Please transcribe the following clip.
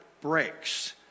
breaks